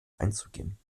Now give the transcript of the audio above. einzugehen